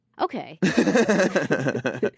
Okay